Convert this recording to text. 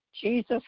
Jesus